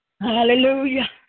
Hallelujah